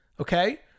okay